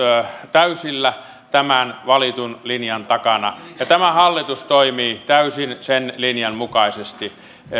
täysillä tämän valitun linjan takana tämä hallitus toimii täysin sen linjan mukaisesti